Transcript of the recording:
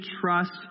trust